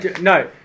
No